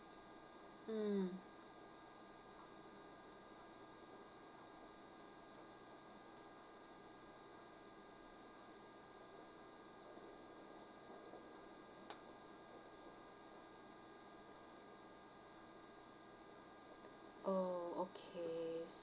mm oh okay